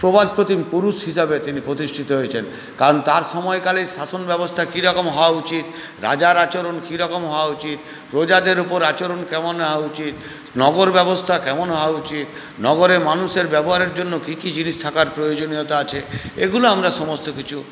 প্রবাদপ্রতিম পুরুষ হিসেবে তিনি প্রতিষ্ঠিত হয়েছেন কারণ তার সময়কালে শাসনব্যবস্থা কীরকম হওয়া উচিত রাজার আচরণ কীরকম হওয়া উচিত প্রজাদের উপর আচরণ কেমন হওয়া উচিত নগরব্যবস্থা কেমন হওয়া উচিত নগরে মানুষের ব্যবহারের জন্য কী কী জিনিস থাকার প্রয়োজনীয়তা আছে এগুলো আমরা সমস্ত কিছু